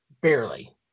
Barely